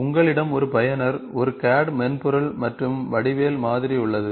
உங்களிடம் ஒரு பயனர் ஒரு CAD மென்பொருள் மற்றும் வடிவியல் மாதிரி உள்ளது